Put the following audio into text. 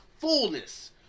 fullness